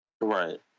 Right